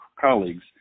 colleagues